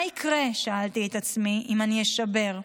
מה יקרה, שאלתי את עצמי, אם אני אשבר?